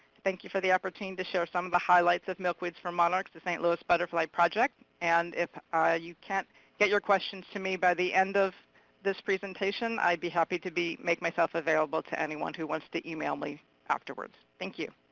thank you for the opportunity to share some of the highlights of milkweeds for monarchs, the st. louis butterfly project. and if ah you can't get your questions to me by the end of this presentation, i'd be happy to make myself available to anyone who wants to email me afterwards. thank you.